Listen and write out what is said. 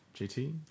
jt